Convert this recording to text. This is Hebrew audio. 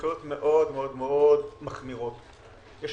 הנחיות מחמירות מאוד.